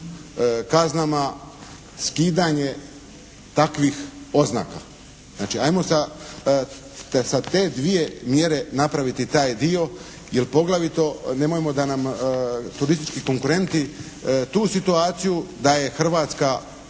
kaznama, skidanje takvih oznaka. Znači ajmo sa te dvije mjere napraviti taj dio, jer poglavito nemojmo da nam turistički konkurenti tu situaciju da je Hrvatska